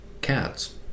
cats